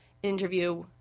interview